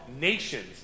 nations